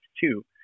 two